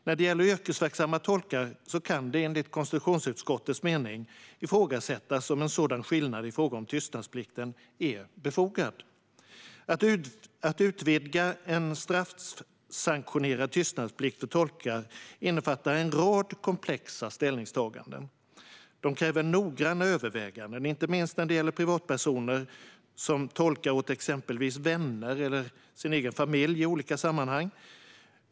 När det gäller yrkesverksamma tolkar kan det enligt utskottets mening ifrågasättas om en sådan skillnad i fråga om tystnadsplikten är befogad. Att utvidga en straffsanktionerad tystnadsplikt för tolkar innefattar en rad komplexa ställningstaganden som kräver noggranna överväganden, inte minst när det gäller privatpersoner som tolkar åt exempelvis vänner eller familjemedlemmar i olika sammanhang.